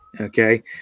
okay